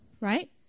right